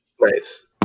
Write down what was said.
Nice